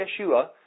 Yeshua